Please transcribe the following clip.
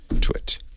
twit